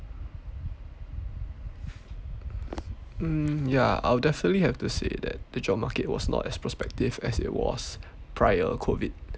mm ya I'll definitely have to say that the job market was not as prospective as it was prior COVID